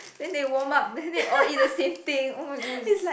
then they warm up then they all eat the same thing oh my